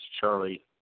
Charlie